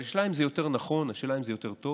אבל השאלה אם זה יותר נכון, השאלה אם זה יותר טוב,